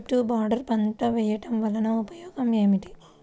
చుట్టూ బోర్డర్ పంట వేయుట వలన ఉపయోగం ఏమిటి?